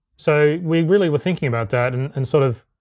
so we really were thinking about that, and and sort of